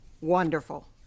Wonderful